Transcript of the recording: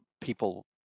people